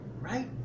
right